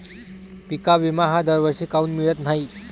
पिका विमा हा दरवर्षी काऊन मिळत न्हाई?